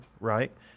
right